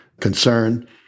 concern